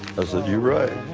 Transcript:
ah said your right!